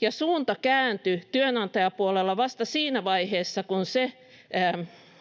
ja suunta kääntyi työnantajapuolella vasta siinä vaiheessa, kun se